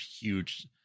huge